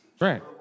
Right